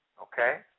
Okay